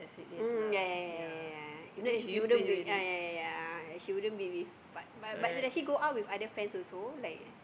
mm mm yea yea yea yea yea yea if not you wouldn't be uh yea yea yea yea yea she wouldn't be with but but but does she go out with other friends also like